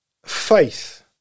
faith